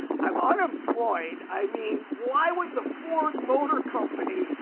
i'm unemployed, i mean, why would the ford motor company,